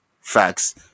Facts